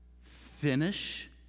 finish